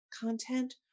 content